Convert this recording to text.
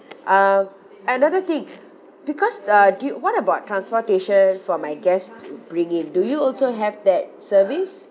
um another thing because uh do you what about transportation for my guests to bring in do you also have that service